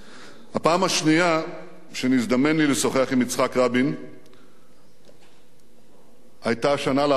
הפעם השנייה שנזדמן לי לשוחח עם יצחק רבין היתה שנה לאחר מכן,